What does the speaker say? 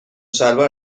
شلوار